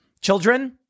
children